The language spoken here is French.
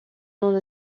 non